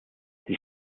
die